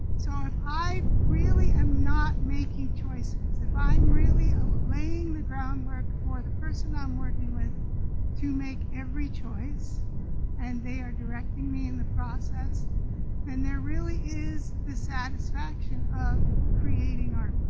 so if i really am not making choices. if i'm really laying the groundwork for the person i'm working with to make every choice and they are directing me in the process then there really is the satisfaction of creating art.